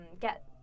get